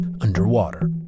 underwater